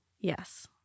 Yes